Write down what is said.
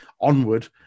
Onward